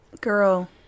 Girl